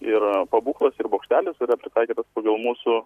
ir pabūklas ir bokštelis yra pritaikytas pagal mūsų